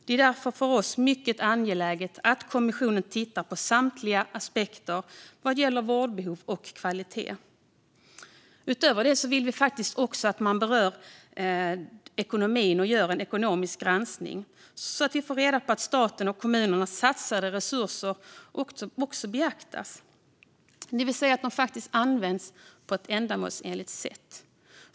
För oss är det därför mycket angeläget att kommissionen tittar på samtliga aspekter vad gäller vårdbehov och kvalitet. Utöver detta vill vi också att man berör ekonomin och gör en ekonomisk granskning där statens och kommunernas satsade resurser beaktas, så att vi får reda på om de används på ett ändamålsenligt sätt.